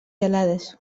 gelades